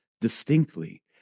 distinctly